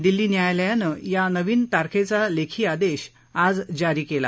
दिल्ली न्यायालयानं या नवीन तारखेचा लेखी आदेश आज जारी केला